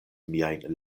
miajn